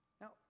Now